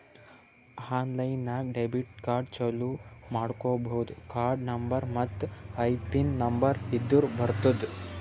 online ನಾಗ್ debit card ಚಾಲೂ ಮಾಡ್ಕೋಬೋದು ಕಾರ್ಡ ನಂಬರ್ ಮತ್ತ್ ಐಪಿನ್ ನಂಬರ್ ಇದ್ದುರ್ ಬರ್ತುದ್